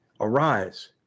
Arise